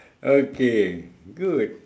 okay good